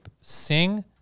sing